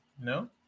no